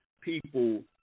people